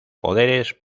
poderes